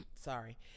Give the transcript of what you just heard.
sorry